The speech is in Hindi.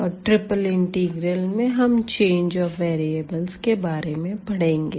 और ट्रिपल इंटीग्रल में हम चेंज ऑफ वेरीअबल्ज़ के बारे में पढ़ेंगे